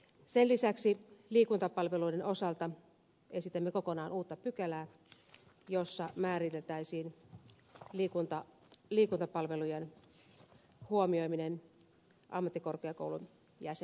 sen lisäksi liikuntapalveluiden osalta esitämme kokonaan uutta pykälää jossa määriteltäisiin liikuntapalvelujen huomioiminen ammattikorkeakoulun jäsenten hyväksi